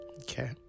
Okay